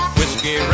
Whiskey